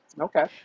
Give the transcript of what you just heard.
Okay